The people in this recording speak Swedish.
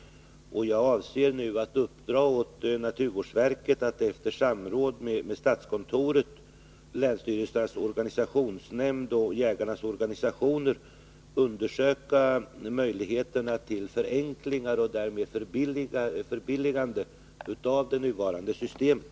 Jag avser nu att uppdra åt naturvårdsverket att efter samråd med statskontoret, länsstyrelsernas organisationsnämnd och jägarnas organisa tioner undersöka möjligheterna till förenklingar och därmed förbilligande av det nuvarande systemet.